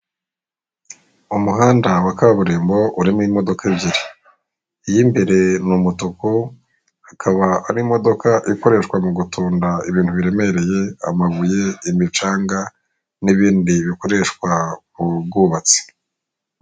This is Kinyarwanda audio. Umuhanda wa kaburimbo urimo imodoka ebyiri. Iy'imbere mu mutuku akaba ari imodoka ikoreshwa mu gutunda ibintu biremereye amabuye' imicanga n'ibindi bikoreshwa mu bwubatsi.